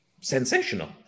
Sensational